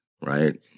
right